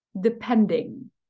depending